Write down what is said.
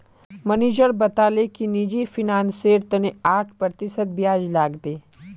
manager बताले कि निजी फिनांसेर तने आठ प्रतिशत ब्याज लागबे